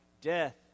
death